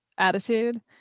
Attitude